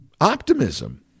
optimism